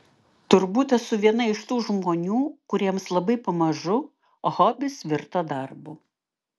turbūt esu viena iš tų žmonių kuriems labai pamažu hobis virto darbu